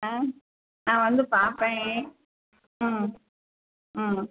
ஆ நான் வந்து பார்ப்பேன் ம் ம்